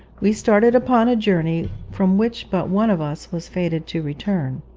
we started upon a journey from which but one of us was fated to return.